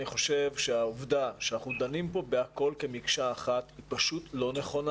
אני חושב שהעובדה שאנחנו דנים פה בכול כמקשה אחת היא לא נכונה.